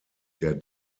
der